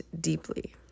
deeply